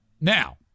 Now